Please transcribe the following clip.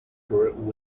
short